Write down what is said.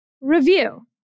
review